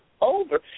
over